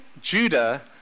Judah